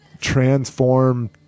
Transform